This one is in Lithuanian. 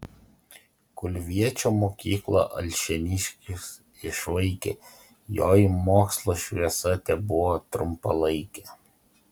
kulviečio mokyklą alšėniškis išvaikė joj mokslo šviesa tebuvo trumpalaikė